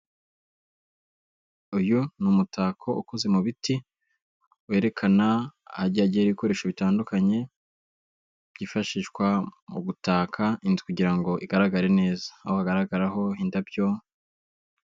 Uyu ni umutako ukoze mu biti, werekana ahagiye hari ibikoresho bitandukanye, byifashishwa mu gutaka inzu kugira ngo igaragare neza, aho hagaragaraho indabyo.